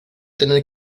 tener